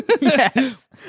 Yes